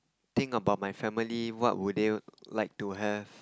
think about my family what would they like to have